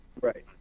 Right